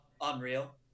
unreal